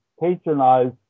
patronize